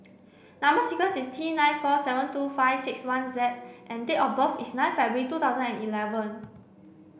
number sequence is T nine four seven two five six one Z and date of birth is nine February two thousand and eleven